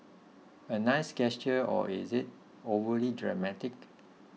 a nice gesture or is it overly dramatic